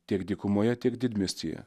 tiek dykumoje tiek didmiestyje